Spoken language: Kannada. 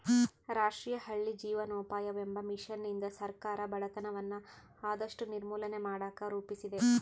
ರಾಷ್ಟ್ರೀಯ ಹಳ್ಳಿ ಜೀವನೋಪಾಯವೆಂಬ ಮಿಷನ್ನಿಂದ ಸರ್ಕಾರ ಬಡತನವನ್ನ ಆದಷ್ಟು ನಿರ್ಮೂಲನೆ ಮಾಡಕ ರೂಪಿಸಿದೆ